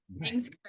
Thanks